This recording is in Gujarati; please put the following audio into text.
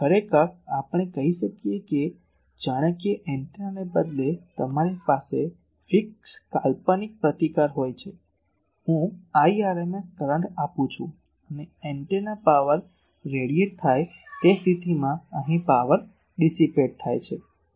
હવે ખરેખર આપણે કહી શકીએ કે જાણે કે એન્ટેનાને બદલે તમારી પાસે ફિક્સ કાલ્પનિક પ્રતિકાર હોય છે હું Irms કરંટ આપું છું અને એન્ટેના પાવર ફેલાય તે સ્થિતિમાં અહીં પાવર વિખેરાય છે